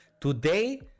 today